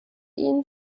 ihnen